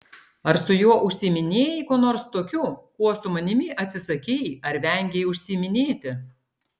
ar su juo užsiiminėjai kuo nors tokiu kuo su manimi atsisakei ar vengei užsiiminėti